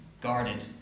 guarded